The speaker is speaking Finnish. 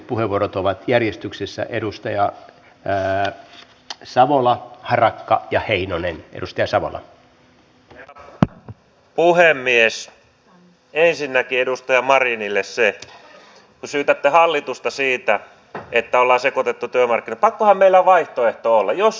kun meillä on vaihtoehtobudjetissa erilaisia toimenpiteitä ja tämä työllistämisseteli nyt näyttää etenevän niin olisiko mahdollista ottaa tämä ensimmäisen työntekijän verovähennysoikeus käyttöön jotta saataisiin työpaikkoja syntymään nopeasti tässä ja nyt